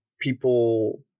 people